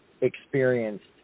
experienced